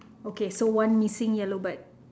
okay so one missing yellow bird